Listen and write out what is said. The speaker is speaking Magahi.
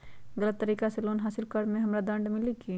गलत तरीका से लोन हासिल कर्म मे हमरा दंड मिली कि?